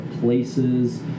places